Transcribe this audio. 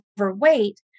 overweight